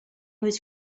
was